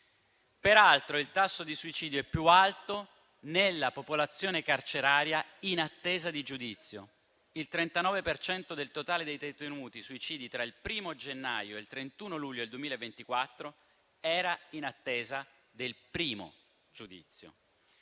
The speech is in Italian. Peraltro, il tasso di suicidio è più alto nella popolazione carceraria in attesa di giudizio. Il 39 per cento del totale dei detenuti suicidi tra il 1° gennaio e il 31 luglio 2024 era in attesa del primo giudizio.